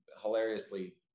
hilariously